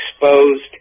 exposed